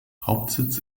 hauptsitz